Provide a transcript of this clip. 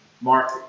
Mark